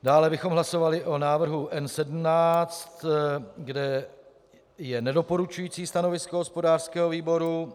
Dále bychom hlasovali o návrhu N17, kde je nedoporučující stanovisko hospodářského výboru.